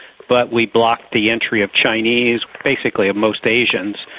but we blocked the entry of chinese, basically of most asians,